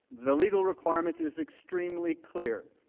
the legal requirement is extremely clear.